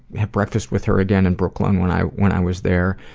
have breakfast with her again in brooklyn when i when i was there,